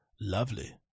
Lovely